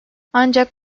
ancak